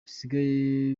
bisigaye